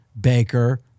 Baker